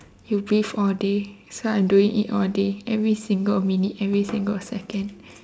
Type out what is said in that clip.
you breathe all day so i'm doing it all day every single minute every single second